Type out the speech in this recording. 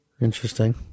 Interesting